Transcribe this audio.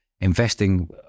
investing